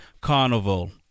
carnival